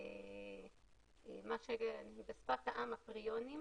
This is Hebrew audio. אבל הוא גם לפעמים פותר.